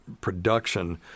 production